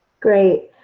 great